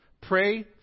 Pray